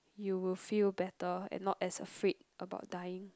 you will feel better and not as afraid about dying